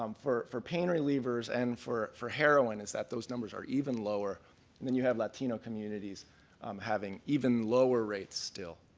um for for pain relievers and for for heroin, is that those numbers are even lower when you have latino communities um having even lower rates still.